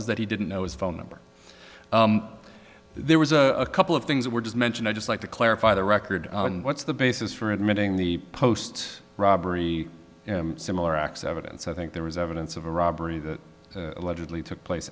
that he didn't know his phone number there was a couple of things that were just mentioned i just like to clarify the record and what's the basis for admitting the post robbery similar acts evidence i think there was evidence of a robbery that allegedly took place